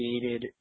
created